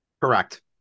Correct